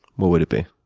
what would it be?